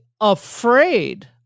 afraid